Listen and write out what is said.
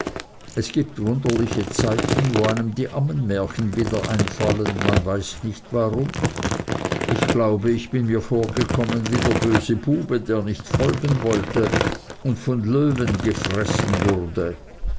es gibt wunderliche zeiten wo einem die ammenmärchen wieder einfallen man weiß nicht warum ich glaube ich bin mir vorgekommen wie der böse bube der nicht folgen wollte und von löwen gefressen wurde